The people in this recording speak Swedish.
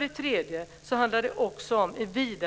Slutligen handlar det